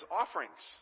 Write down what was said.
offerings